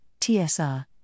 TSR